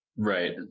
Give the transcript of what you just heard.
Right